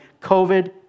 COVID